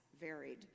varied